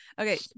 okay